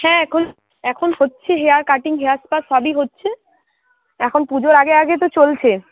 হ্যাঁ এখন এখন হচ্ছে হেয়ার কাটিং হেয়ার স্পা সবই হচ্ছে এখন পুজোর আগে আগে তো চলছে